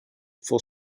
for